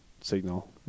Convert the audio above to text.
signal